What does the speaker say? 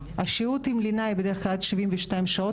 השהות עם לינה היא בדרך כלל עד 72 שעות